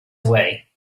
away